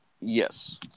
Yes